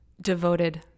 Devoted